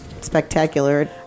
spectacular